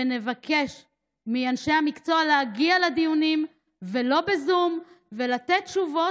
נבקש מאנשי המקצוע להגיע לדיונים ולא בזום ולתת תשובות.